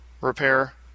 repair